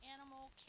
animal